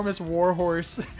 warhorse